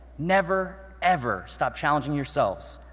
never, ever stop challenging yourselves.